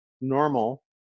normal